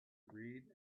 read